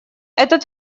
этот